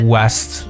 West